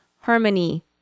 harmony